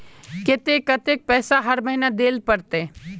केते कतेक पैसा हर महीना देल पड़ते?